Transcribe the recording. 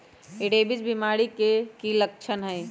rabies बीमारी के कि कि लच्छन हई